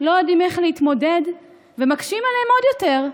לא יודעים איך להתמודד ומקשים עליהם עוד יותר,